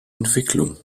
entwicklung